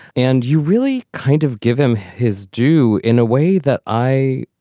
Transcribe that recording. and you really kind of give him his due in a way that i